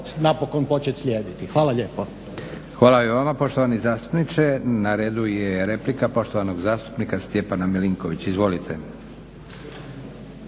napokon početi slijediti. Hvala lijepo. **Leko, Josip (SDP)** Hvala i vama poštovani zastupniče. Na redu je replika poštovanog zastupnika Stjepana Milinkovića. Izvolite.